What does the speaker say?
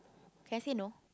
can I say no